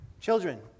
Children